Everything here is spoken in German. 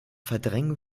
verdrängen